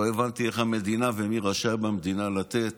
לא הבנתי איך המדינה, מי רשאי במדינה לתת